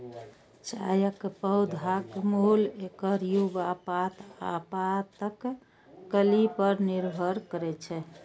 चायक पौधाक मोल एकर युवा पात आ पातक कली पर निर्भर करै छै